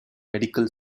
medical